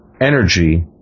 energy